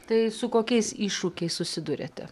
tai su kokiais iššūkiais susiduriate